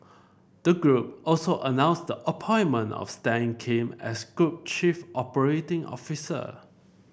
the group also announced the appointment of Stan Kim as group chief operating officer